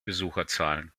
besucherzahlen